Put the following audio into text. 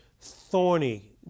thorny